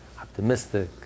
optimistic